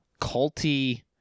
culty